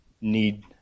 need